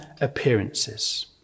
appearances